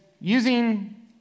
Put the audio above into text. using